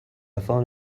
found